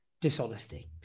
dishonesty